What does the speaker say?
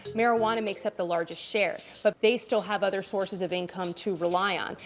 marijuana makes up the largest share. but they still have other sources of income to rely on.